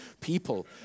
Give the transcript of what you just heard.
people